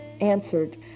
answered